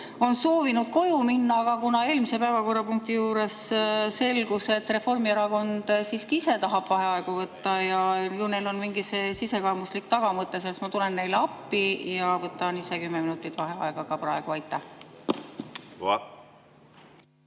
on soovinud koju minna. Aga kuna eelmise päevakorrapunkti juures selgus, et Reformierakond siiski ise tahab vaheaegu võtta ja ju neil on mingi sisekaemuslik tagamõte, siis ma tulen neile appi ja võtan ise ka praegu kümme